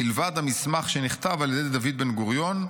מלבד המסמך שנכתב על ידי דוד בן-גוריון,